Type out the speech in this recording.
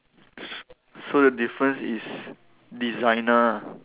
s~ so the difference is designer ah